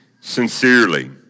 sincerely